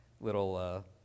little